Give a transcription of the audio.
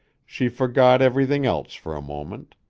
she forgot everything else for a moment.